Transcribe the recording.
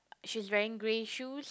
she's wearing grey shoes